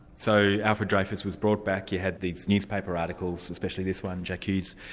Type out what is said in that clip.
so alfred dreyfus was brought back, you had these newspaper articles, especially this one, j'accuse,